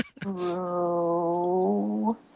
Bro